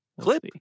Clip